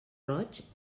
roig